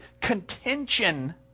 contention